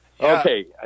Okay